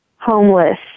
homeless